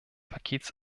pakets